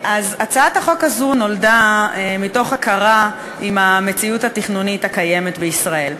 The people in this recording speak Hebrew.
הצעת החוק הזו נולדה מתוך הכרה עם המציאות התכנונית הקיימת בישראל.